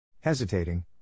Hesitating